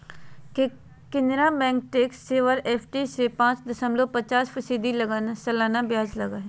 Canara bank tax saver FD पर पाच दशमलब पचास फीसदी सालाना ब्याज हइ